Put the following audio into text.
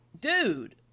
dude